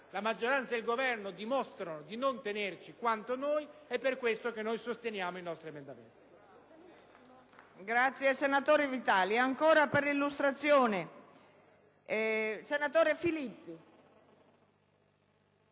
La maggioranza e il Governo dimostrano di non tenerci quanto noi e per questo sosteniamo il nostro emendamento.